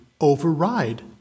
override